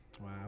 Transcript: Wow